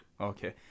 Okay